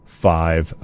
Five